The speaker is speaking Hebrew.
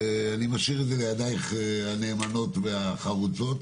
אני משאיר את זה בידייך הנאמנות והחרוצות.